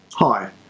Hi